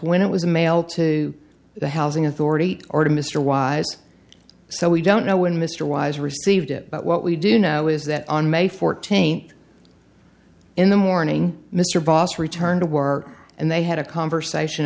when it was a mail to the housing authority or to mr wise so we don't know when mr wise received it but what we do know is that on may fourteenth in the morning mr vos return to work and they had a conversation